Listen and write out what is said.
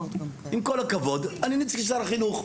עם כל הכבוד, אני נציג של החינוך.